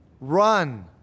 Run